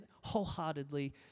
wholeheartedly